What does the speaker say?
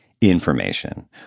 information